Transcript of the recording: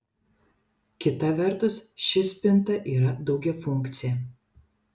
kita vertus ši spinta yra daugiafunkcė